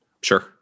Sure